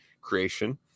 creation